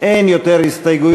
אין יותר הסתייגויות.